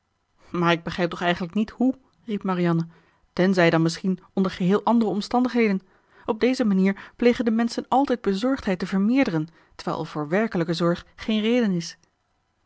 maar ik begrijp toch eigenlijk niet he riep marianne tenzij dan misschien onder geheel andere omstandigheden op deze manier plegen de menschen altijd bezorgheid te vermeerderen terwijl er voor werkelijke zorg geen reden is